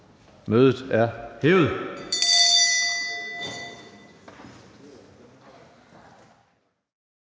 Mødet er hævet.